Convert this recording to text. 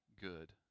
good